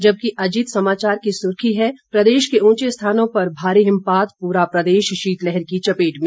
जबकि अजीत समाचार की सुर्खी है प्रदेश के ऊंचे स्थानों पर भारी हिमपात पूरा प्रदेश शीतलहर की चपेट में